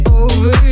over